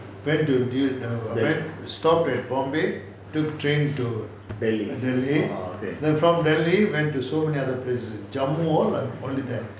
went to duke err stopped at bombay took train to delhi then from delhi went to so many other places jamaal there